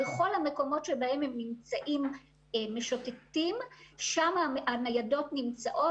המקומות שבהם הם משוטטים הניידות נמצאות.